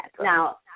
Now